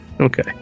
Okay